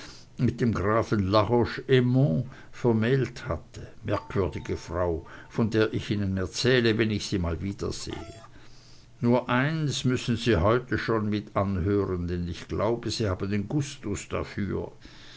mit dem grafen la roche aymon vermählt hatte merkwürdige frau von der ich ihnen erzähle wenn ich sie mal wiedersehe nur eins müssen sie heute schon mit anhören denn ich glaube sie haben den gustus dafür